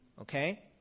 Okay